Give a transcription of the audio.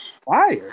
fire